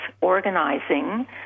organizing